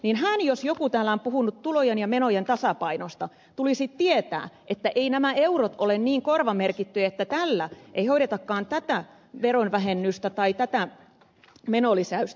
hän jos joku täällä on puhunut tulojen ja menojen tasapainosta ja hänen tulisi tietää että eivät nämä eurot ole niin korvamerkittyjä että tällä ei hoidetakaan tätä veronvähennystä tai tätä menolisäystä